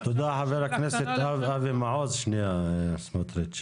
אני גם רק רוצה לתת דגש לעניין של הצווים השיפוטיים,